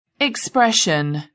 expression